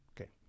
Okay